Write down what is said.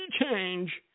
change